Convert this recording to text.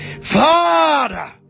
father